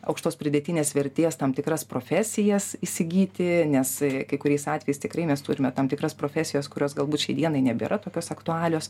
aukštos pridėtinės vertės tam tikras profesijas įsigyti nes kai kuriais atvejais tikrai mes turime tam tikras profesijas kurios galbūt šiai dienai nebėra tokios aktualios